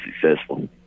successful